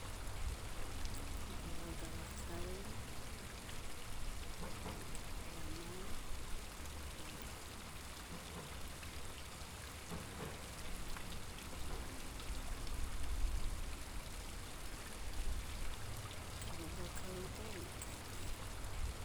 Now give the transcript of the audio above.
E'u auda vakau, vamai, va'nagu'nagu, vi karubou karubou inokai ai vi'eno.